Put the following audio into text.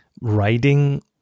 writing